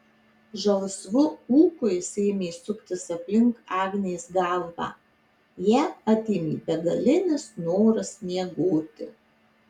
žalsvu ūku jis ėmė suktis aplink agnės galvą ją apėmė begalinis noras miegoti